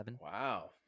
Wow